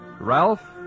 Ralph